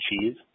cheese